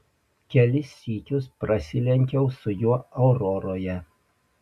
kelis sykius prasilenkiau su juo auroroje